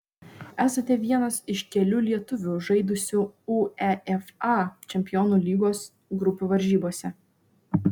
esate vienas iš kelių lietuvių žaidusių uefa čempionų lygos grupių varžybose